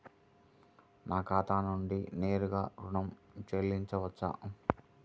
నా ఖాతా నుండి నేరుగా ఋణం చెల్లించవచ్చా?